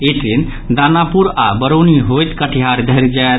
ई train Danapur आओर बरौनी होईत कटिहार धरि जायत